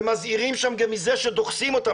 ומזהירים שם גם מזה שדוחסים אותם,